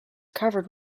covered